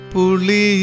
Puli